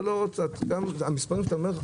גם המספרים שאתה אומר,